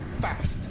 Fast